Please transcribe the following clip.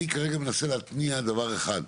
אני כרגע מנסה להתניע דבר אחד.